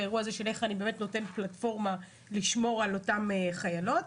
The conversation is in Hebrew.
איך אתם נותנים פלטפורמה לשמור על אותם חיילים.